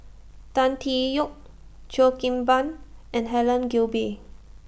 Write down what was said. Tan Tee Yoke Cheo Kim Ban and Helen Gilbey